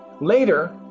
Later